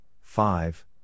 five